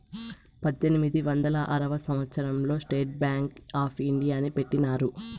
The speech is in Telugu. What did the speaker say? పద్దెనిమిది వందల ఆరవ సంవచ్చరం లో స్టేట్ బ్యాంక్ ఆప్ ఇండియాని పెట్టినారు